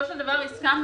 בסופו של דבר הסכמנו,